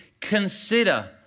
consider